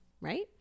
right